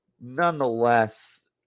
nonetheless